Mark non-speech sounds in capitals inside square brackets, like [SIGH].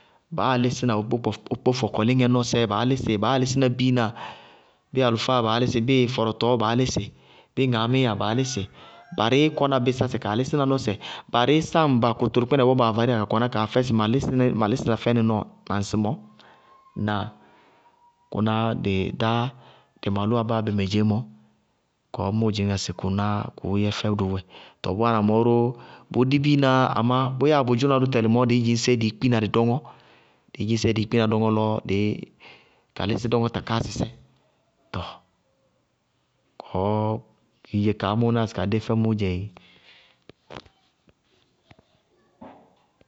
Baáa lísína okpó-okpó fɔkɔlíŋɛ, baá lísɩ baáa lísína biinaá bíɩ alʋfáá baá lísɩ bíɩ fɔrɔtɔɔwáa baá lísɩ, bíɩ ŋaamíí, [NOISE] baá lísɩ. Barɩí kɔna bísásɛ kaa lísína nɔsɛ, barɩí sáŋ ba kʋtʋlʋkpɩnaná bɔɔ baa varíyá ka kɔná kaa fɛ sɩ ma lísɩ ní, ma lísína fɛ nɩ nɔɔ na ŋsɩmɔɔ. Ŋnáa? Kʋnáá dɩɩ dáá dɩ malʋwa báa bé mɛ dzeémɔ, kɔɔ mʋʋ dzɩñŋá sɩ kʋʋ yɛ fɛ dʋʋ dzɛ. Tɔɔ bʋ wáana mɔɔ bʋʋ dí biinaá amá bʋ dzʋwana dʋ tɛlɩ mɔɔ, dɩí dzɩñ séé dɩí kpína dɩ dɔŋɔ, dɩ dzɩñ séé dɩí kpína dɔŋɔ lɔ dɩí ka lísí dɔŋɔ takáásɩsɛ. Ŋnáa? Kɔɔ hiidze kaá mʋʋ náa sɩ kadé fɛmʋʋ dzɛéé. [NOISE]